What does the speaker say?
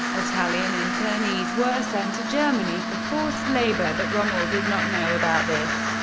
italian internees were sent to germany for forced labour, but rommel did not know about this.